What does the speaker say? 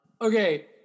okay